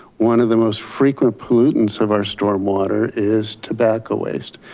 one of the most frequent pollutants of our storm water is tobacco waste.